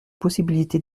possibilités